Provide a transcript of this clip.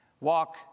Walk